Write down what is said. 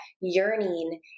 yearning